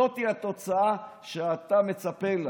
זאת התוצאה שאתה מצפה לה,